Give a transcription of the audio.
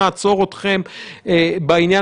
ברגע שהיא נפתרה אין שום בעיה.